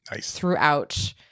throughout